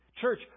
Church